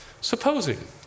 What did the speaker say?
Supposing